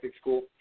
school